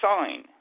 sign